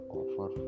offer